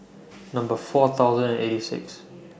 Number four thousand and eighty Sixth